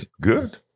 Good